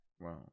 wow